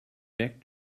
back